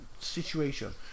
situation